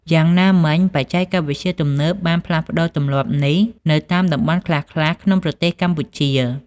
យ៉ាងណាមិញ បច្ចេកវិទ្យាទំនើបបានផ្លាស់ប្តូរទម្លាប់នេះនៅតាមតំបន់ខ្លះៗក្នុងប្រទេសកម្ពុជា។